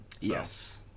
Yes